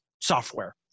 software